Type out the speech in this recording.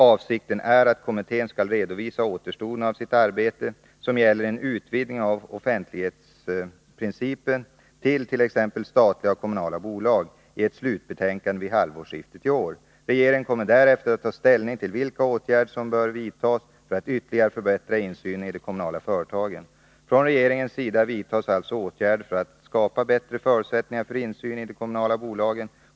Avsikten är att kommittén skall redovisa återstoden av sitt arbete, som gäller en utvidgning av offentlighetsprincipen till t.ex. statliga och kommunala bolag, i ett slutbetänkande vid halvårsskiftet i år. Regeringen kommer därefter att ta ställning till vilka åtgärder som bör vidtas för att ytterligare förbättra insynen i de kommunala företagen. Från regeringens sida vidtas alltså åtgärder för att skapa bättre förutsättningar för insyn i de kommunala bolagen.